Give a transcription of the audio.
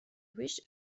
wish